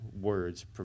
words